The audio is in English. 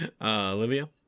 Olivia